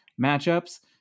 matchups